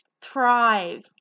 thrive